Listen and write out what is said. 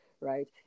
right